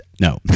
No